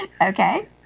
Okay